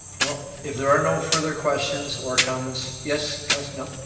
well, if there are no further questions or comments, yes, councillor, no?